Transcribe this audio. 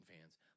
fans